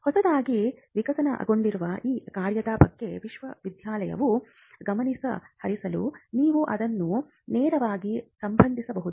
ಹೊಸದಾಗಿ ವಿಕಸನಗೊಂಡಿರುವ ಈ ಕಾರ್ಯದ ಬಗ್ಗೆ ವಿಶ್ವವಿದ್ಯಾಲಯವು ಗಮನಹರಿಸಲು ನೀವು ಅದನ್ನು ನೇರವಾಗಿ ಸಂಬಂಧಿಸಬಹುದು